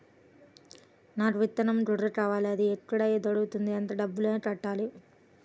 నాకు విత్తనం గొర్రు కావాలి? అది ఎక్కడ దొరుకుతుంది? ఎంత డబ్బులు కట్టాలి?